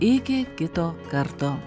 iki kito karto